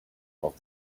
off